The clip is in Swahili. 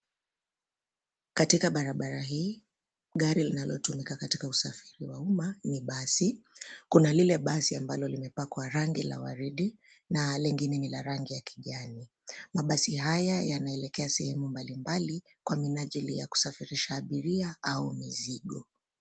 Katika barabara hii gari linalotumika katika usafiri wa umma ni basi. Kuna lile basi ambalo limepakwa rangi la waridi na lingine ni la rangi ya kijani. Mabasi haya yanaelekea sehemu mbalimbali kwa minajili ya kusafirisha abiria au mizigo.